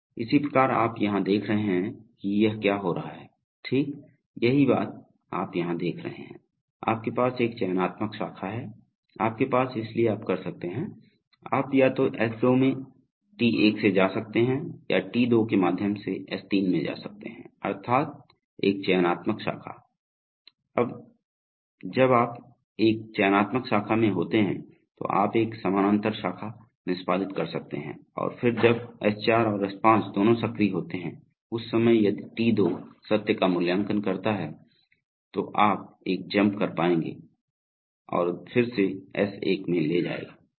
इसी प्रकार आप यहाँ देख रहे हैं कि यह क्या हो रहा है ठीक यही बात आप यहाँ देख रहे हैं आपके पास एक चयनात्मक शाखा है आपके पास इसलिए आप कर सकते हैं आप या तो S2 में T1 से जा सकते हैं या T2 के माध्यम से S3 में जा सकते हैं अर्थात् एक चयनात्मक शाखा जब आप एक चयनात्मक शाखा में होते हैं तो आप एक समानांतर शाखा निष्पादित कर सकते हैं और फिर जब S4 और S5 दोनों सक्रिय होते हैं उस समय यदि T2 सत्य का मूल्यांकन करता है तो आप एक जम्प कर पएंगे जो फिर से S1 में ले जाएगा